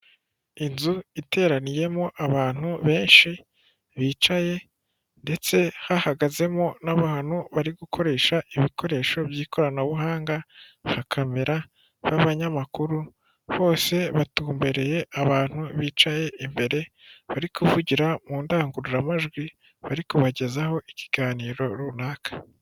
Inzu iteraniyemo abantu benshi bicaye ndetse hahagazemo n'abantu bari gukoresha ibikoresho by'ikoranabuhanga nka kamera b'abanyamakuru bose batumbereye abantu bicaye imbere bari kuvugira mu ndangururamajwi bari kubagezaho ikiganiro runaka.